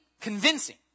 convincing